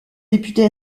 député